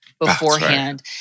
beforehand